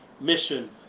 mission